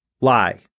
Lie